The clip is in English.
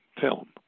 film